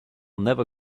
never